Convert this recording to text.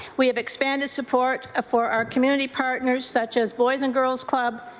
we have expanded support ah for our community partners such as boys and girls club,